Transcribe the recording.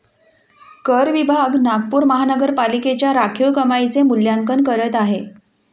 कर विभाग नागपूर महानगरपालिकेच्या राखीव कमाईचे मूल्यांकन करत आहे